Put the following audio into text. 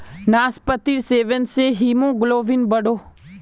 नास्पातिर सेवन से हीमोग्लोबिन बढ़ोह